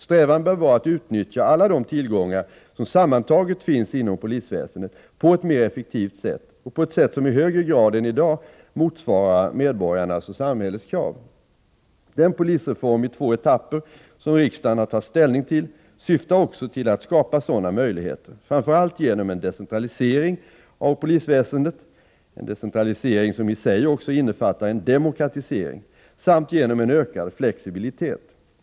Strävan bör vara att utnyttja alla de tillgångar som sammantaget finns inom polisväsendet på ett mer effektivt sätt och på ett sätt som i högre grad än i dag motsvarar medborgarnas och samhällets krav. Den polisreform i två etapper som riksdagen har tagit ställning till syftar också till att skapa sådana möjligheter, framför allt genom en decentralisering av polisväsendet, som i sig också innefattar en demokratisering, samt genom en ökad flexibilitet.